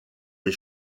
les